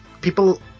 people